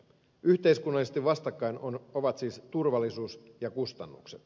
yhteiskunnallisesti vastakkain ovat siis turvallisuus ja kustannukset